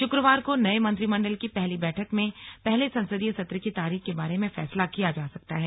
शुक्रवार को नये मंत्रिमण्डल की पहली बैठक में पहले संसदीय सत्र की तारीख के बारे में फैसला किया जा सकता है